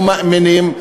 לא מאמינים,